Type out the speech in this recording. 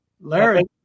Larry